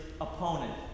opponent